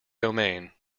domain